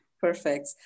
Perfect